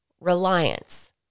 reliance